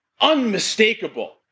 Unmistakable